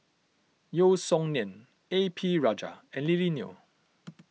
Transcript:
Yeo Song Nian A P Rajah and Lily Neo